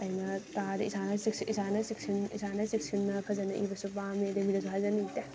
ꯑꯩꯅ ꯏꯁꯥꯅ ꯏꯁꯥꯅ ꯆꯦꯛꯁꯤꯟ ꯏꯁꯥꯅ ꯆꯦꯛꯁꯤꯟꯅ ꯐꯖꯅ ꯏꯕꯁꯨ ꯄꯥꯝꯃꯤ ꯑꯗꯩ ꯃꯤꯗꯁꯨ ꯍꯥꯏꯖꯅꯤꯡꯗꯦ